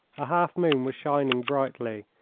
a half moon was shining brightly,